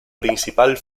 principal